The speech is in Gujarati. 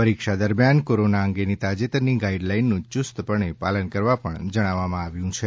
પરીક્ષા દરમ્યાન કોરોના અંગેની તાજેતરની ગાઇડલાઈનનું યુસ્તપણે પાલન કરવા પણ જણાવાયું છે